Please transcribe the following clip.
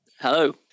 Hello